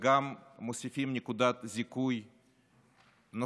וגם מוסיפים נקודת זיכוי נוספת